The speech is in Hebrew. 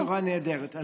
בשורה נהדרת.